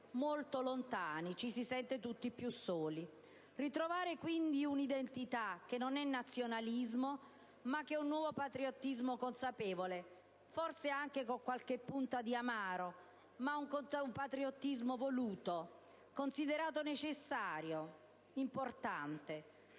molto lontani; ci si sente tutti più soli. Ritrovare, quindi, un'identità, che non è nazionalismo ma che è un nuovo patriottismo consapevole, forse anche con qualche punta di amaro, ma un patriottismo voluto, considerato necessario, importante.